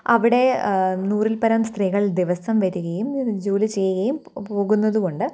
അവിടെ നൂറിൽ പരം സ്ത്രീകൾ ദിവസം വരികയും ജോലി ചെയ്യുകയും പോകുന്നതുകൊണ്ട്